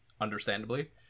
understandably